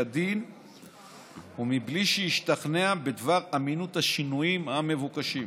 כדין ומבלי שהשתכנע בדבר אמינות השינויים המבוקשים.